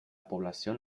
población